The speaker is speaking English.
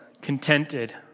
contented